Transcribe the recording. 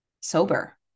sober